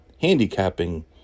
handicapping